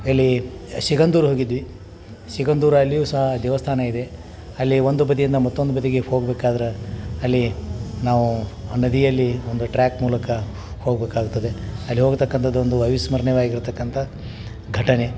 ಎಲ್ಲಿ ಸಿಗಂದೂರ್ ಹೋಗಿದ್ವಿ ಸಿಗಂದೂರಲ್ಲಿಯೂ ಸಹ ದೇವಸ್ಥಾನ ಇದೆ ಅಲ್ಲಿ ಒಂದು ಬದಿಯಿಂದ ಮತ್ತೊಂದು ಬದಿಗೆ ಹೋಗ್ಬೇಕಾದ್ರೆ ಅಲ್ಲಿ ನಾವು ನದಿಯಲ್ಲಿ ಒಂದು ಟ್ರ್ಯಾಕ್ ಮೂಲಕ ಹೋಗಬೇಕಾಗ್ತದೆ ಅಲ್ಲಿ ಹೋಗ್ತಕ್ಕಂಥದ್ದು ಒಂದು ಅವಿಸ್ಮರಣೀಯವಾಗಿರ್ತಕ್ಕಂಥ ಘಟನೆ